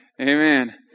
Amen